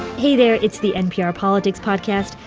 hey there. it's the npr politics podcast.